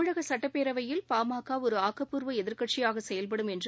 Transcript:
தமிழக சுட்டப் பேரவையில் பா ம க ஒரு ஆக்கப்பூர்வ எதிர்க்கட்சியாக செயல்படும் என்று